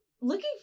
looking